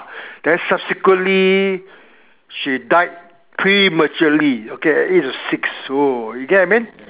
then subsequently she died prematurely okay at the age of six oh you get what I mean